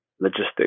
logistics